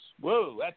Whoa